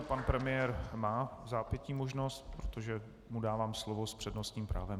Pan premiér má vzápětí možnost, protože mu dávám slovo s přednostním právem.